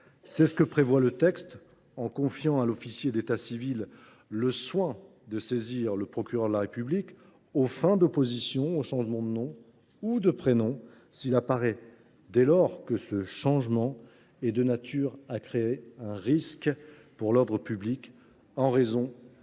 C’est ce que prévoit le texte en confiant à l’officier d’état civil le soin de saisir le procureur de la République aux fins d’opposition au changement de nom ou de prénom, s’il apparaît que ce changement est de nature à créer un risque pour l’ordre public en raison